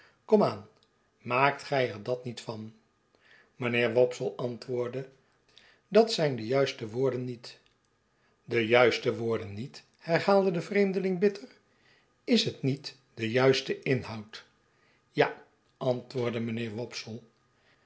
aan maakt gij er dat niet van mijnheer wopsle antwoordde dat zijn de juiste woorden niet de juiste woorden niet i herhaaide de vreemdeling bitter is het niet de juiste inhoud ja antwoordde mijnheer